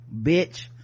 bitch